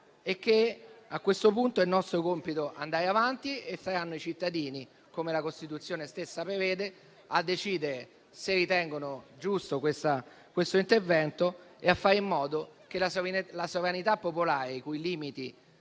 A questo punto, è nostro compito andare avanti e saranno i cittadini, come la Costituzione stessa prevede, a decidere se ritengono giusto questo intervento, a fare in modo che la sovranità popolare, i cui limiti